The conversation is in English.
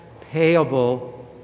payable